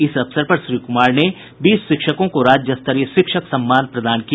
इस अवसर पर श्री कुमार ने बीस शिक्षकों को राज्य स्तरीय शिक्षक सम्मान प्रदान किया